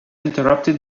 interrupted